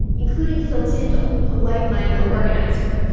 including phil tindle, a white mine mill organizer.